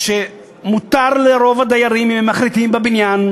שמותר לרוב הדיירים בבניין,